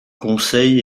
conseil